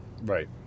Right